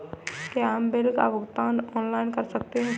क्या हम बिल का भुगतान ऑनलाइन कर सकते हैं?